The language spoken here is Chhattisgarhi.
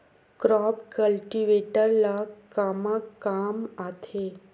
क्रॉप कल्टीवेटर ला कमा काम आथे?